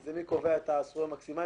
מי קובע את הסכום המקסימלי,